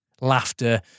Laughter